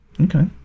Okay